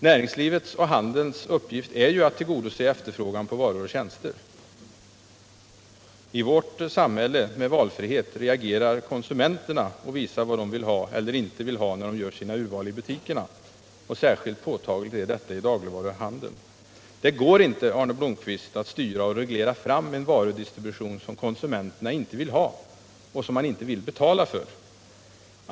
Näringslivets och handelns uppgift är ju att tillgodose efterfrågan på varor och tjänster. I vårt samhälle med valfrihet reagerar konsumenterna och visar vad de vill ha eller inte vill ha, när de gör sina urval i butikerna. Särskilt påtagligt är detta i dagligvaruhandeln. Det går inte, Arne Blomkvist, att styra och reglera fram en varudistribution, som konsumenterna inte vill ha och som de inte vill betala för.